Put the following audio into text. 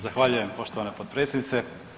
Zahvaljujem poštovani potpredsjednice.